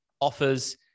offers